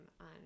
on